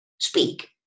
speak